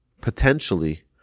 potentially